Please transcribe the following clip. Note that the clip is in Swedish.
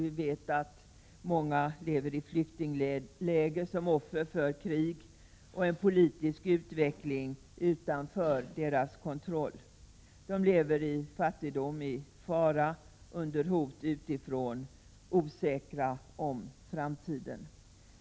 Vi vet att många lever i flyktingläger som offer för krig och en politisk utveckling utanför deras kontroll. De lever i fattigdom och i fara under hot utifrån — osäkra om sin framtid.